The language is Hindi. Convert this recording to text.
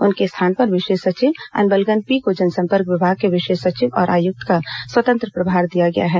उनके स्थान पर विशेष सचिव अन्बलगन पी को जनसंपर्क विभाग के विशेष सचिव और आयुक्त का स्वतंत्र प्रभार दिया गया है